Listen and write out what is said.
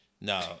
no